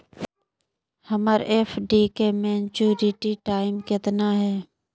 हमर एफ.डी के maturity time कितना है?